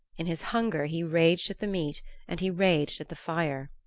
in his hunger he raged at the meat and he raged at the fire.